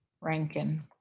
Rankin